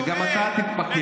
וגם אתה תתפכח.